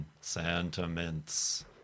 Sentiments